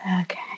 okay